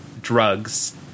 drugs